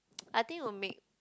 I think it will make